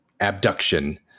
Abduction